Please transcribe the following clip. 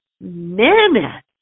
minute